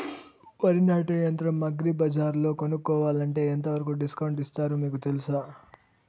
వరి నాటే యంత్రం అగ్రి బజార్లో కొనుక్కోవాలంటే ఎంతవరకు డిస్కౌంట్ ఇస్తారు మీకు తెలుసా?